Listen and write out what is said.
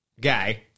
guy